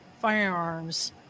firearms